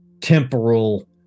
temporal